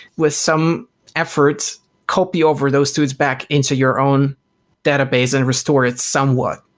with some efforts copy over those toots back into your own database and restore it somewhat.